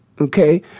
okay